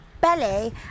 belly